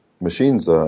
Machines